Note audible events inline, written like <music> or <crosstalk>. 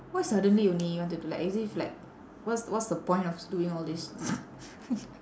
why suddenly only you want to do like as if like what's what's the point of doing all this <laughs>